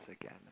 again